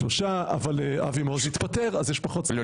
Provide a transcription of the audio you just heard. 33 אבל אבי מעוז התפטר, אז יש אחד פחות.